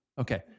Okay